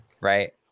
right